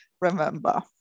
remember